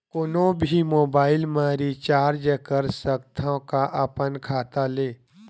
कोनो भी मोबाइल मा रिचार्ज कर सकथव का अपन खाता ले?